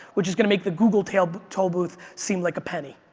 which is going to make the google tollbooth tollbooth seem like a penny.